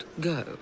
go